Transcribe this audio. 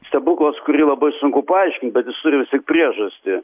stebuklas kurį labai sunku paaiškint bet jis turi vis tiek priežastį